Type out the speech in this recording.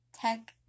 Tech